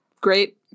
great